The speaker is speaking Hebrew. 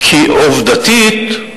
כי עובדתית,